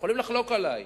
יכולים לחלוק עלי.